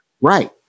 Right